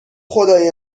خدای